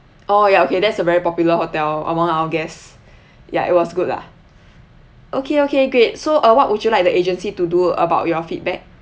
oh ya okay that's a very popular hotel among our guests ya it was good lah okay okay great so uh what would you like the agency to do about your feedback